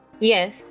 yes